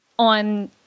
on